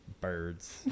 Birds